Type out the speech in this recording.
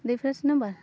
ᱰᱤᱯᱷᱮᱥ number